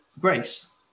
grace